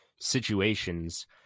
situations